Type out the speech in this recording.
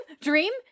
dream